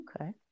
okay